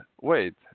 wait